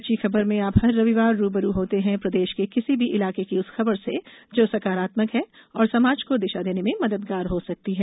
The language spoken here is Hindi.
अच्छी खबर में आप हर रविवार रू ब रू होते हैं प्रदेश के किसी भी इलाके की उस खबर से जो सकारात्मक है और समाज को दिशा देने में मददगार हो सकती है